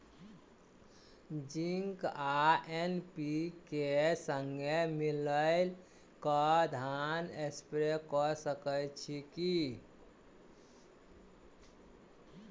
Zinc आ NPK, संगे मिलल कऽ धान मे स्प्रे कऽ सकैत छी की?